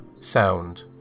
sound